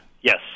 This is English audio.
Yes